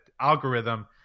algorithm